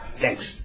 thanks